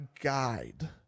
guide